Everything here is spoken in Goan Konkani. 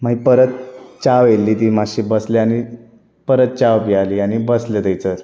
मागीर परता चाव व्हेल्ली ती मातशीं बसले आनी परत चाव पियाली आनी बसले थंयचर